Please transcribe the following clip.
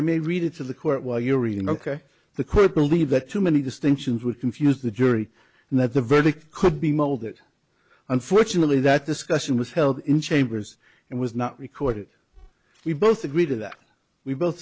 i may read it to the court while you're enough the court believe that too many distinctions would confuse the jury and that the verdict could be mulled that unfortunately that discussion was held in chambers and was not recorded we both agree to that we both